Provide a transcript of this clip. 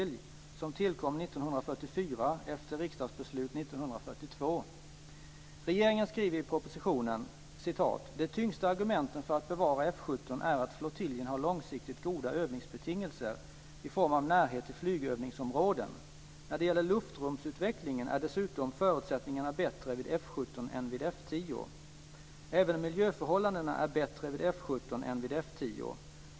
Regeringen skriver i propositionen: "De tyngsta argumenten för att bevara F 17 är att flottiljen har långsiktigt goda övningsbetingelser i form av närhet till flygövningsområden. När det gäller luftrumsutvecklingen är dessutom förutsättningarna bättre vid F 17 än vid F 10. Även miljöförhållandena är bättre vid F 17 än vid F 10.